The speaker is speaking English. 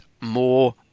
more